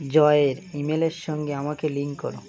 জয়ের ইমেলের সঙ্গে আমাকে লিঙ্ক করো